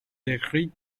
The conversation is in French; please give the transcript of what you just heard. décrit